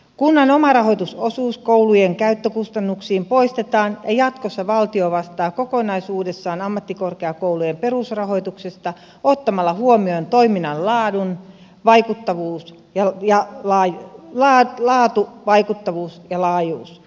kunnan omarahoitusosuus koulujen käyttökustannuksiin poistetaan ja jatkossa valtio vastaa kokonaisuudessaan ammattikorkeakoulujen perusrahoituksesta ottamalla huomioon toiminnan laadun vaikuttavuus ja jari laine mlad laatu vaikuttavuuden ja laajuuden